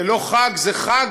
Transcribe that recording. זה לא חג, זה חגא,